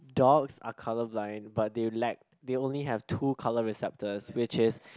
dogs are colourblind but they lack they only have two colour receptors which is